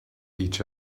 each